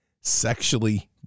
sexually